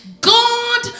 God